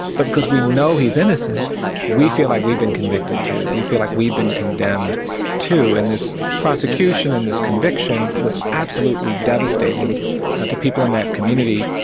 but because we know he's innocent we feel like we've been convicted too, we feel like we've been condemned too. and this prosecution and this conviction was absolutely devastating to people in that community.